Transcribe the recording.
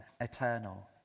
eternal